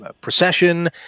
procession